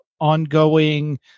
ongoing